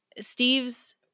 Steve's